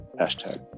hashtag